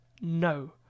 no